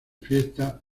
fiesta